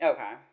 Okay